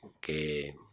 que